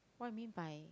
what you mean by